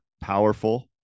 powerful